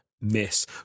miss